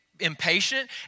Impatient